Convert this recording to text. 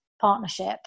partnership